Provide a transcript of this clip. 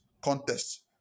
contest